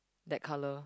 that colour